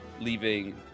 leaving